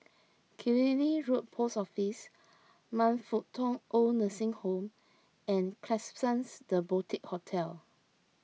Killiney Road Post Office Man Fut Tong Oid Nursing Home and Klapsons the Boutique Hotel